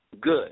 good